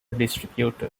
distributor